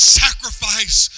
sacrifice